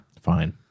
Fine